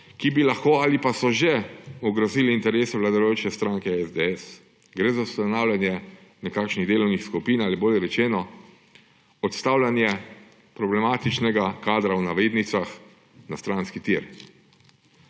ki bi lahko ali pa so že ogrozili interese vladajoče stranke SDS. Gre za ustanavljanje nekakšnih delovnih skupin ali, bolje rečeno, odstavljanje »problematičnega kadra« na stranski tir.